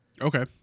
Okay